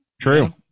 True